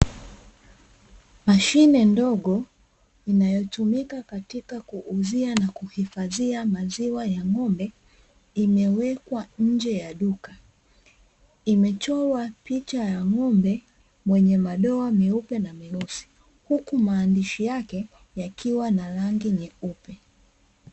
Mashine ndogo inayotumika katika kuuzia na kuhifadhia maziwa ya ngombe, imewekwa nje ya duka, imechorwa picha ya ngombe mwenye madoa meupe na meusi, huku maandishi yake yakiwa na rangi nyeupe.